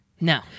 No